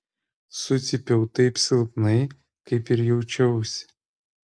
sucypiau taip silpnai kaip ir jaučiausi